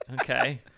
Okay